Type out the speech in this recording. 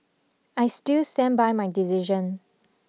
I still stand by my decision